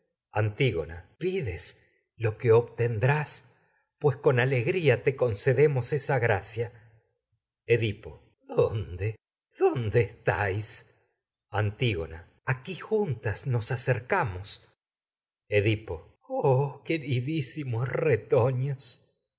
antígona pides lo que ale gría te concedemos esa gracia edipo dónde dónde estáis antígona edipo aquí juntas nos acercamos oh queridísimos retoños